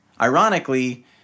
ironically